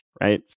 right